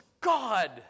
God